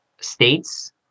states